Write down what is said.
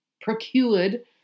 procured